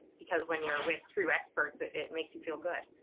because when you're with true experts, it it makes you feel good.